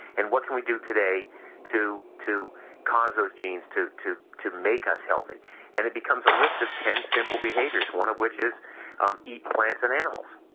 and what can we do today to to cause our genes to to make us healthy and it becomes a list of ten simple behaviors one of which is um eat plants and animals.